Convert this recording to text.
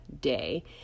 day